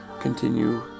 continue